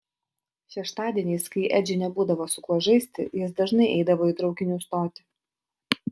šeštadieniais kai edžiui nebūdavo su kuo žaisti jis dažnai eidavo į traukinių stotį